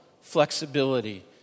flexibility